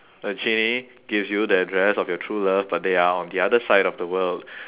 a genie gives you the address of your true love but they are on the other side of the world